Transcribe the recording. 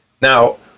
Now